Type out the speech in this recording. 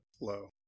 low